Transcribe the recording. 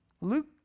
Luke